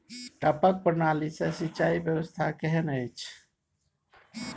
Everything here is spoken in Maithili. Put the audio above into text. टपक प्रणाली से सिंचाई व्यवस्था केहन अछि?